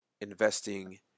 investing